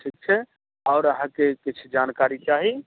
ठीक छै और अहाॅंके किछु जानकारी चाही